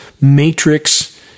matrix